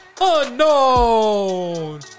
unknown